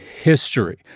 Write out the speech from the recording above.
history